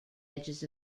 edges